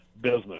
business